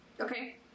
Okay